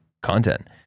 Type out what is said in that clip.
content